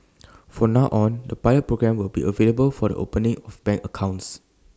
for now on the pilot programme will be available for the opening of bank accounts